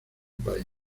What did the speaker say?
país